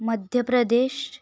Madhya Pradesh